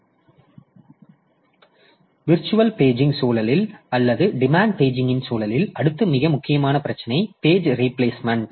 இந்த virtual paging சூழலில் அல்லது டிமாண்ட் பேஜிங் சூழலில் அடுத்த மிக முக்கியமான பிரச்சினை பேஜ் ரீபிளேஸ்மெண்ட்